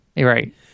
Right